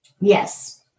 Yes